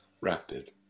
rapid